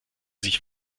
sich